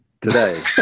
Today